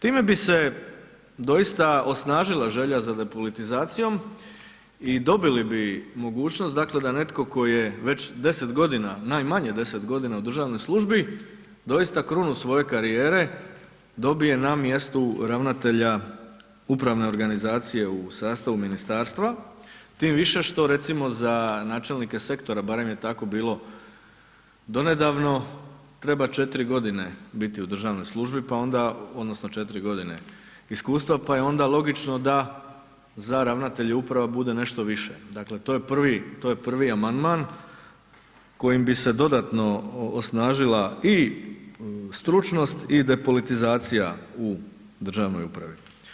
Time bi se doista osnažila želja za depolitizacijom i dobili bi mogućnost, dakle, da netko tko je već 10.g., najmanje 10.g. u državnoj službi, doista krunu svoje karijere, dobije na mjestu ravnatelja upravne organizacije u sastavu ministarstva, tim više što recimo za načelnike sektora, barem je tako bilo donedavno, treba 4.g. biti u državnoj službi, pa onda odnosno 4.g. iskustva, pa je onda logično da za ravnatelja upravo bude nešto više, dakle, to je prvi, to je prvi amandman kojim bi se dodatno osnažila i stručnost i depolitizacija u državnoj upravi.